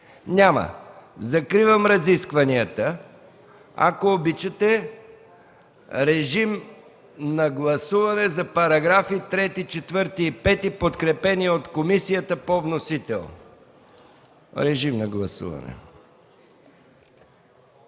Няма. Закривам разискванията. Ако обичате, режим на гласуване за параграфи 3, 4 и 5, подкрепени от комисията, по вносител. Гласували